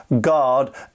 God